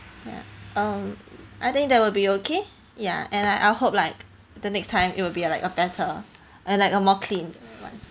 ya um I think that will be okay yeah and I I hope like the next time it will be like a better and like a more clean one